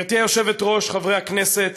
גברתי היושבת-ראש, חברי הכנסת,